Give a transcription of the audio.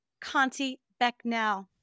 Conti-Becknell